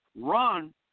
run